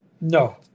No